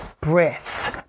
breaths